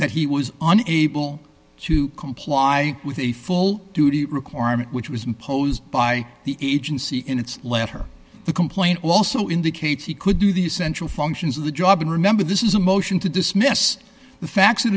that he was unable to comply with a full duty requirement which was imposed by the agency in its letter the complaint also indicates he could do the essential functions of the job and remember this is a motion to dismiss the facts